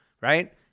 right